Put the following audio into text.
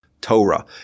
Torah